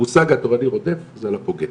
המושג התורני 'רודף', זה על הפוגע,